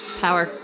power